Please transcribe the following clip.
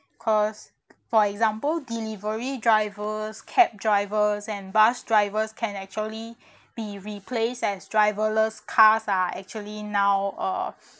cause for example delivery drivers cab drivers and bus drivers can actually be replaced as driverless cars are actually now uh